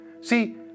See